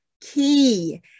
key